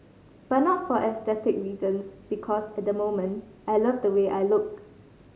but not for aesthetic reasons because at the moment I love the way I look